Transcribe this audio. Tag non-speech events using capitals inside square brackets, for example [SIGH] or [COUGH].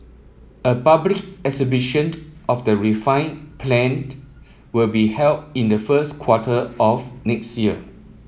a public exhibition [UNINTELLIGIBLE] of the refined planed will be held in the first quarter of next year